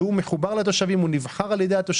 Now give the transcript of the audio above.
שמחובר לתושבים ונבחר על ידם.